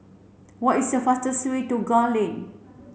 what is the fastest way to Gul Lane